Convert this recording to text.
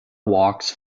walks